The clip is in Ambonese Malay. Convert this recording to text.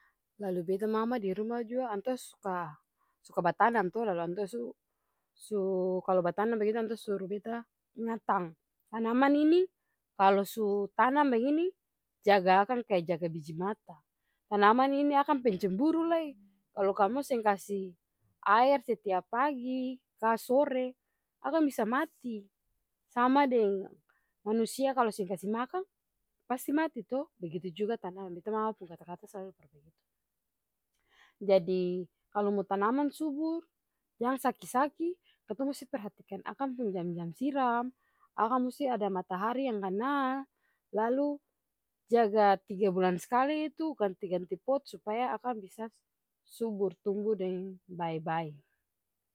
Lalu beta mama diruma jua antua suka-suka batanam to, lalu antua su-su kalu batanam bagitu antua suru beta ingatang tanaman ini kalu su tanam bagini jaga akang kaya jaga bijimata. Tanaman ini akang pencemburu lai, kalu kamong seng kasi aer setiap pagi ka sore, akang bisa mati, sama deng manusia kalu seng kasi makang pasti mati to begitujuga tanaman beta mama pung kata-kata slalu par beta. Jadi kalu mo tanaman subur, jang saki-saki, katong musti perhatikan akang pung jam-jam siram akang musti ada matahari yang kanal, lalu jaga tiga bulan skali itu ganti-ganti pot supaya akang bisa subur tumbu deng bae-bae.